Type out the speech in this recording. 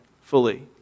fully